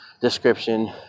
description